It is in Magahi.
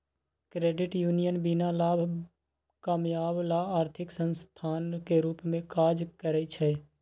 क्रेडिट यूनियन बीना लाभ कमायब ला आर्थिक संस्थान के रूप में काज़ करइ छै